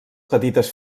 petites